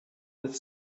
with